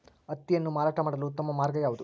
ಹತ್ತಿಯನ್ನು ಮಾರಾಟ ಮಾಡಲು ಉತ್ತಮ ಮಾರ್ಗ ಯಾವುದು?